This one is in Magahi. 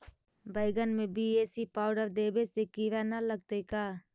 बैगन में बी.ए.सी पाउडर देबे से किड़ा न लगतै का?